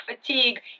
fatigue